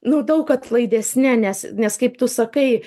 nu daug atlaidesne nes nes kaip tu sakai